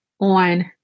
on